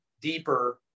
deeper